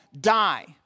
die